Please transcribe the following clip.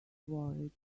worried